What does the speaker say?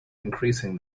increasing